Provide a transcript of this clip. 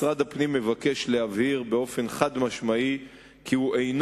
משרד הפנים מבקש להבהיר באופן חד-משמעי כי הוא אינו